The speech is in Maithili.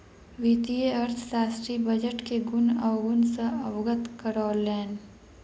वित्तीय अर्थशास्त्री बजट के गुण अवगुण सॅ अवगत करौलैन